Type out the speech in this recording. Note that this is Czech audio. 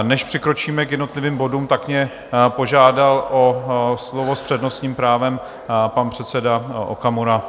Než přikročíme k jednotlivým bodům, tak mě požádal o slovo s přednostním právem pan předseda Okamura.